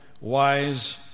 wise